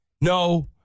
No